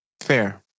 Fair